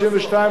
32,